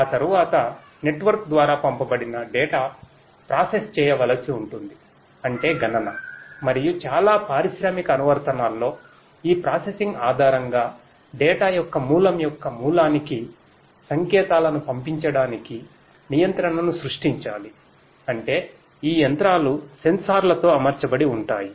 ఆ తరువాత నెట్వర్క్ ద్వారా పంపబడిన డేటా యొక్క మూలం యొక్క మూలానికి సంకేతాలను పంపించడానికి నియంత్రణను సృష్టించాలిఅంటే ఈ యంత్రాలు సెన్సార్లతో అమర్చబడి ఉంటాయి